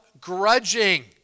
grudging